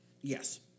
Yes